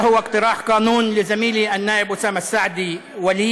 להלן תרגומם: זו היא הצעת חוק של עמיתי חבר הכנסת אוסאמה סעדי ושלי,